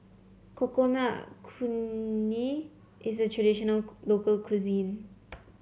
Coconut Kuih is a traditional local cuisine